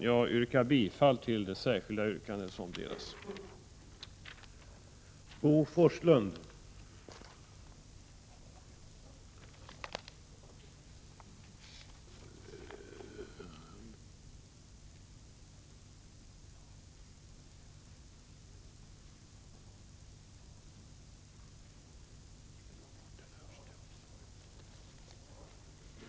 Jag yrkar bifall till det särskilda yrkande som har delats ut och som har följande lydelse: